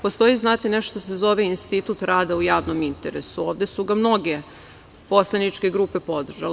Postoji, znate, nešto što se zove institut rada u javnom interesu, ovde su ga mnoge poslaničke grupe podržale.